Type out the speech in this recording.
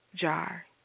Jar